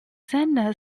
zen